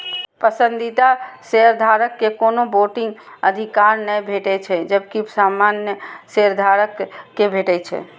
पसंदीदा शेयरधारक कें कोनो वोटिंग अधिकार नै भेटै छै, जबकि सामान्य शेयधारक कें भेटै छै